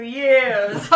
years